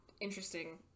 interesting